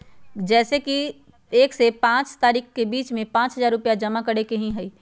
जैसे कि एक से पाँच तारीक के बीज में पाँच हजार रुपया जमा करेके ही हैई?